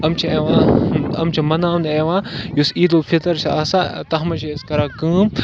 یِم چھِ یِوان یِم چھِ مَناونہٕ یِوان یُس عیٖد الفطر چھِ آسان تَتھ منٛز چھِ أسۍ کَران کٲم